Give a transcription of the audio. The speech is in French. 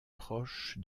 proche